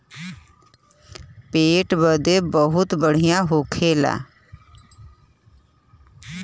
पेट बदे बहुते बढ़िया होला